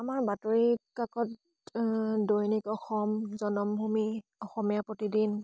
আমাৰ বাতৰি কাকত আ দৈনিক অসম জনমভূমি অসমীয়া প্ৰতিদিন